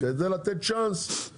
כדי לתת צ'אנס,